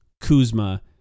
kuzma